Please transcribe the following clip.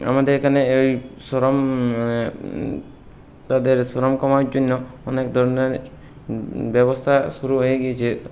আমাদের এখানে এই শ্রম মানে তাদের শ্রম কমানোর জন্য অনেক ধরনের ব্যবস্থা শুরু হয়ে গিয়েছে